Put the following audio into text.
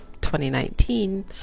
2019